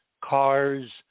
cars